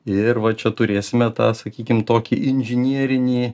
ir va čia turėsime tą sakykim tokį inžinierinį